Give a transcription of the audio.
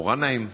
רנאים.